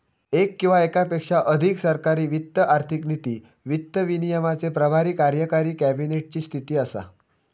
येक किंवा येकापेक्षा अधिक सरकारी वित्त आर्थिक नीती, वित्त विनियमाचे प्रभारी कार्यकारी कॅबिनेट ची स्थिती असा